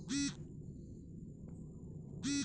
আমি আমার এফ.ডি বন্ধ করে দিতে চাই